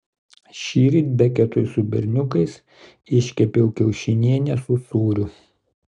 šįryt beketui su berniukais iškepiau kiaušinienę su sūriu